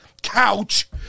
Couch